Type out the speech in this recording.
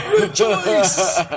rejoice